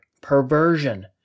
perversion